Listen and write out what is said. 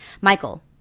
Michael